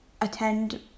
attend